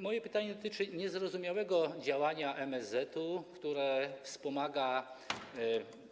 Moje pytanie dotyczy niezrozumiałego działania MSZ-u, który wspomaga